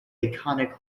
iconic